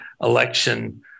election